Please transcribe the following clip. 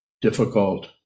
difficult